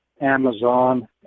Amazon